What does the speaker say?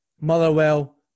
Motherwell